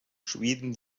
schweden